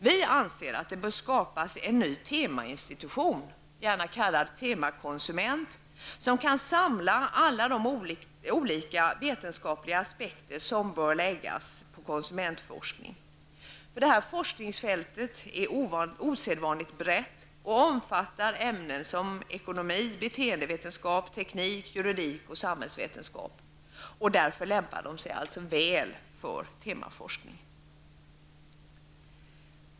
Vi anser att det bör skapas en ny temainstitution, gärna kallad Temakonsument, som kan samla alla de olika vetenskapliga aspekter som bör läggas på konsumentforskning. Detta forskningsfält är osedvanligt brett och omfattar ämnen som ekonomi, beteendevetenskap, teknik, juridik och samhällsvetenskap. Därför lämpar det sig väl för temaforskning.